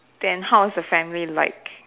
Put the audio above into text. then how's the family like